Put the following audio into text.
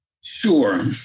Sure